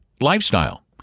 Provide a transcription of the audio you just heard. Lifestyle